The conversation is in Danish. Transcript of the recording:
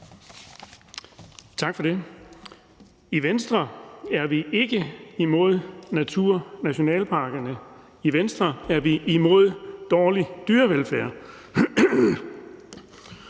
I Venstre er vi ikke imod naturnationalparkerne. I Venstre er vi imod dårlig dyrevelfærd.